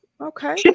okay